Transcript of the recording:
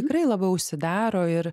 tikrai labiau užsidaro ir